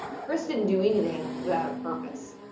chris didn't do anything without a purpose.